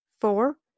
Four